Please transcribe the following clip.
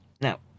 Now